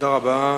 תודה רבה.